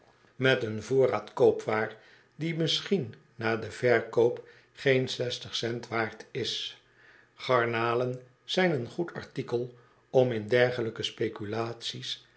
met een voorraad koopwaar die misschien na den verkoop geen zestig cent waard is garnalen zijn een goed artikel om in dergelijke speculaties